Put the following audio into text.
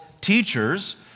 teachers